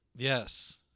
Yes